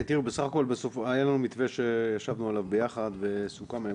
בסך הכול היה לנו מתווה שישבנו עליו ביחד והוא סוכם והיה